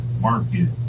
Market